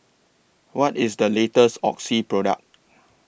What IS The latest Oxy Product